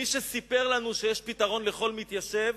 מי שסיפר לנו שיש פתרון לכל מתיישב